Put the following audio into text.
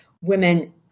women